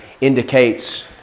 indicates